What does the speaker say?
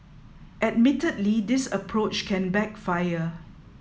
admittedly this approach can backfire